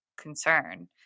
concern